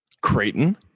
Creighton